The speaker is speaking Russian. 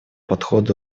подход